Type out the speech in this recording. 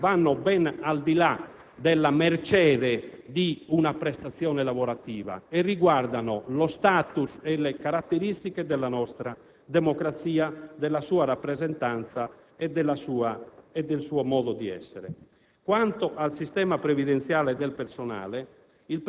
pubblico e democratico su queste materie perché i termini della questione vanno ben al di là della mercede di una prestazione lavorativa e riguardano lo *status* e le caratteristiche della nostra democrazia, della sua rappresentanza e del suo